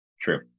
True